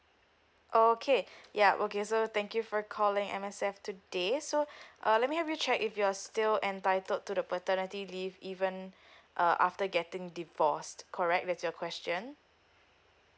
okay ya okay so thank you for calling M_S_F today so uh let me help you to check if you're still entitled to the paternity leave even uh after getting divorced correct with your question